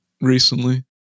recently